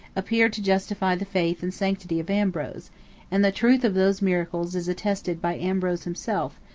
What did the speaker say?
appeared to justify the faith and sanctity of ambrose and the truth of those miracles is attested by ambrose himself,